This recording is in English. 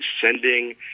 sending